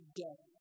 death